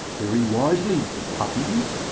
very wisely, puppies!